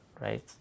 right